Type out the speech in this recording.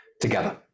together